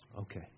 Okay